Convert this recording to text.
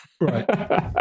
Right